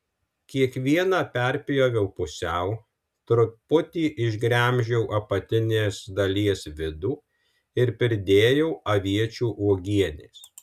kiekvieną perpjoviau pusiau truputį išgremžiau apatinės dalies vidų ir pridėjau aviečių uogienės